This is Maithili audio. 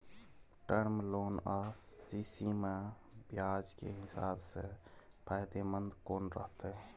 टर्म लोन आ सी.सी म ब्याज के हिसाब से फायदेमंद कोन रहते?